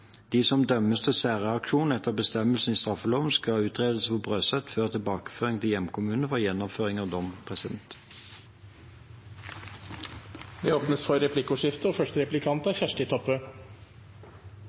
De som dømmes til særreaksjon etter bestemmelsen i straffeloven, skal utredes på Brøset før tilbakeføring til hjemkommune for gjennomføring av dom. Det blir replikkordskifte. Ifølgje saka er